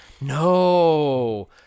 no